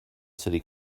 city